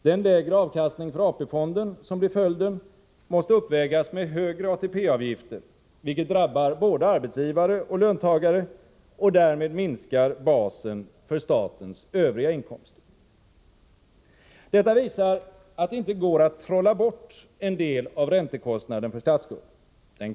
Den lägre avkastning för AP-fonden som blir följden måste uppvägas med högre ATP-avgifter, vilket drabbar både arbetsgivare och löntagare och därmed minskar basen för statens övriga inkomster. Detta visar att det inte går att trolla bort en del av räntekostnaden för statsskulden.